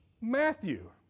Matthew